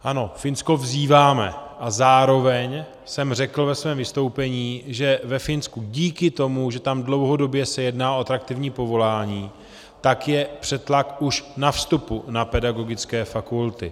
Ano, Finsko vzýváme, a zároveň jsem řekl ve svém vystoupení, že ve Finsku díky tomu, že tam dlouhodobě se jedná o atraktivní povolání, tak je přetlak už na vstupu na pedagogické fakulty.